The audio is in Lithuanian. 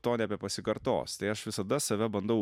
to nebepasikartos tai aš visada save bandau